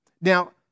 Now